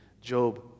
Job